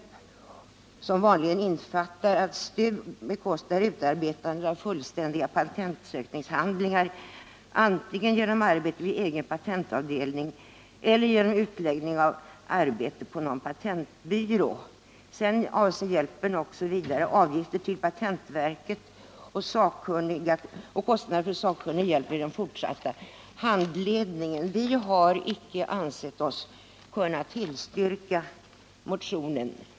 Detta innefattar vanligen att STU bekostar utarbetande av fullständiga patentansökningshandlingar antingen genom arbete vid egen patentavdelning eller genom utläggning av arbetet på någon patentbyrå. Vidare avser hjälpen också avgifter till patentverket och kostnader för sakkunnig hjälp vid den fortsatta handledningen. Vi har icke ansett oss kunna tillstyrka motionen.